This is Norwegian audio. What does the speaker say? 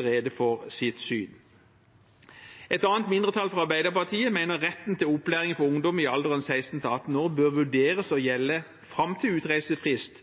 rede for sitt syn. Et annet mindretall, Arbeiderpartiet, mener retten til opplæring for ungdom i alderen 16–18 år bør vurderes å gjelde fram til utreisefrist